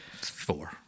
four